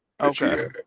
Okay